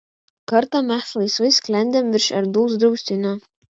kartą mes laisvai sklendėm virš erdvaus draustinio